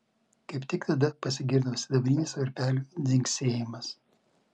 kaip tik tada pasigirdo sidabrinis varpelių dzingsėjimas